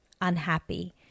unhappy